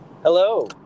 Hello